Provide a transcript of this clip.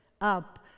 up